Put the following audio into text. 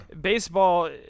baseball